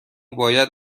باید